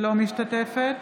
לא משתתפת